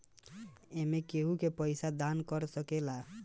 एमें केहू भी पइसा दान कर सकेला आ उ पइसा के उपयोग समाज भलाई ला होखेला